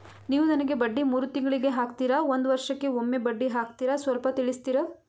ನೀವು ನಮಗೆ ಬಡ್ಡಿ ಮೂರು ತಿಂಗಳಿಗೆ ಹಾಕ್ತಿರಾ, ಒಂದ್ ವರ್ಷಕ್ಕೆ ಒಮ್ಮೆ ಬಡ್ಡಿ ಹಾಕ್ತಿರಾ ಸ್ವಲ್ಪ ತಿಳಿಸ್ತೀರ?